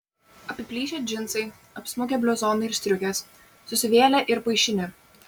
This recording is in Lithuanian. apiplyšę džinsai apsmukę bliuzonai ir striukės susivėlę ir paišini